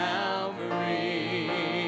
Calvary